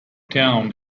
town